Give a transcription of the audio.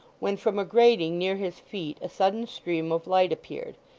when from a grating near his feet a sudden stream of light appeared,